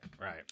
right